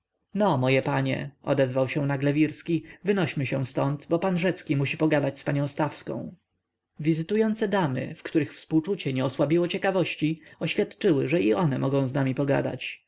no moje panie odezwał się nagle wirski wynośmy się ztąd bo pan rzecki musi pogadać z panią stawską wizytujące damy w których współczucie nie osłabiło ciekawości oświadczyły że i one mogą z nami pogadać